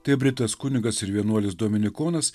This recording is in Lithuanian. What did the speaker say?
tai britas kunigas ir vienuolis dominikonas